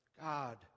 God